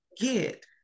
get